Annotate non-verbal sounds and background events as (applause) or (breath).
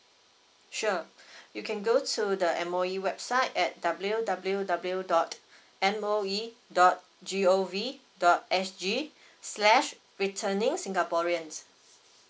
sure (breath) you can go to the M_O_E website at W W W dot M O E dot G O V dot S G (breath) slash returning singaporeans